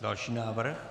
Další návrh.